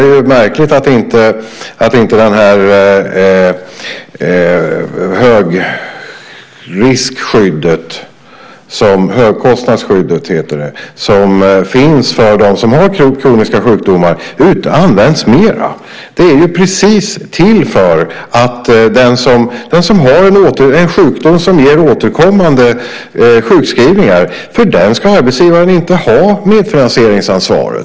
Det är märkligt att inte det högkostnadsskydd som finns för dem som har kroniska sjukdomar används mer. Det finns till just för att arbetsgivaren inte ska behöva ha medfinansieringsansvaret för den som har en sjukdom som ger återkommande sjukskrivningar.